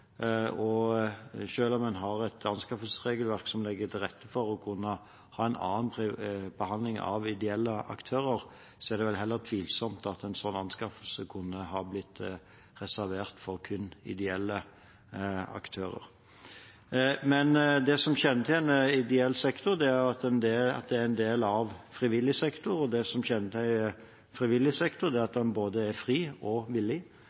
og selv om en har et anskaffelsesregelverk som legger til rette for å kunne ha en annen behandling av ideelle aktører, er det heller tvilsomt om en sånn anskaffelse kunne ha blitt reservert for kun ideelle aktører. Det som kjennetegner ideell sektor, er at det er en del av frivillig sektor. Og det som kjennetegner frivillig sektor, er at den er både fri og villig.